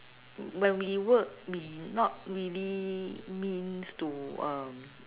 when we work we not really means to uh